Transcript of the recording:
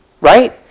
Right